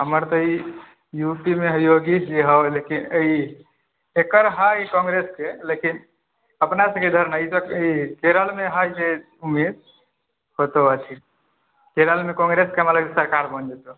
हमर तऽ यूपी मे ह योगी जी हउ लेकिन अइ एकर है कांग्रेस के लेकिन अपनासबके ईधर नहि केरल मे है जे उम्मीद होतो अच्छी केरल मे कांग्रेस के हमरा लागैया सरकार बनि जेतौ